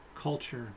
culture